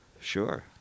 Sure